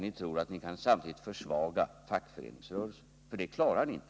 Ni tror att ni samtidigt kan försvaga fackföreningsrörelsen, men det klarar ni inte.